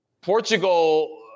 Portugal